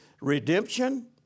redemption